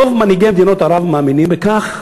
רוב מנהיגי מדינות ערב מאמינים בכך,